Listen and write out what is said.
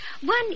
One